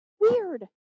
weird